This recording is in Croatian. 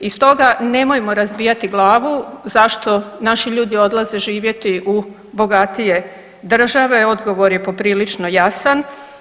I stoga nemojmo razbijati glavu zašto naši ljudi odlaze živjeti u bogatije države, odgovor je poprilično jasan.